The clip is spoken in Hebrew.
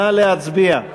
נא להצביע.